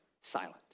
silent